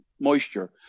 moisture